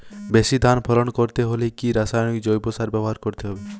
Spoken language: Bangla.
বেশি ধান ফলন করতে হলে কি রাসায়নিক জৈব সার ব্যবহার করতে হবে?